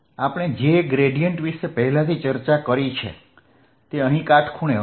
આપણે જે ગ્રેડીયેંટ વિશે પહેલાથી ચર્ચા કરી છે તે અહીં કાટખૂણે હશે